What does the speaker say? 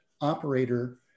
operator